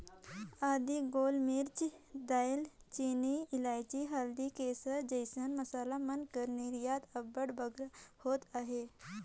आदी, गोल मरीच, दाएल चीनी, लाइची, हरदी, केसर जइसन मसाला मन कर निरयात अब्बड़ बगरा होत अहे